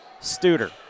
Studer